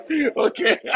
Okay